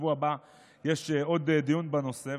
בשבוע הבא יש עוד דיון בנושא,